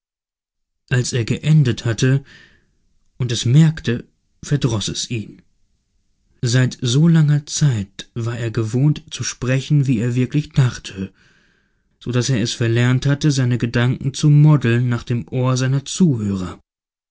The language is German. als er geendet hatte und es merkte verdroß es ihn seit so langer zeit war er gewohnt zu sprechen wie er wirklich dachte so daß er es verlernt hatte seine gedanken zu modeln nach dem ohr seiner zuhörer